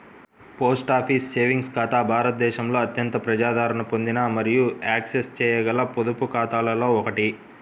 post office savings ఖాతా భారతదేశంలో అత్యంత ప్రజాదరణ పొందిన మరియు యాక్సెస్ చేయగల పొదుపు ఖాతాలలో ఒకటి